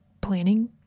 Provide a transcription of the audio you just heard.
planning